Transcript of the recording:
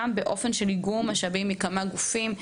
גם תוך איגום משאבים מכמה גופים.